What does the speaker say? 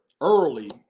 early